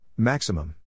Maximum